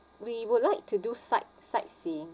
we would like to do sight~ sightseeing